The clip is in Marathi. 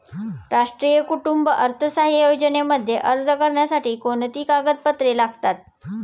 राष्ट्रीय कुटुंब अर्थसहाय्य योजनेमध्ये अर्ज करण्यासाठी कोणती कागदपत्रे लागतात?